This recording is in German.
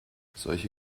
solche